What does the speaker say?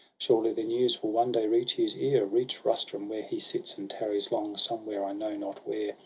surely the news will one day reach his ear, reach rustum, where he sits, and tarries long. somewhere, i know not where,